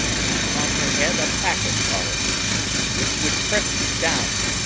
heap on your head a pack of sorrows which would press you down,